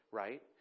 right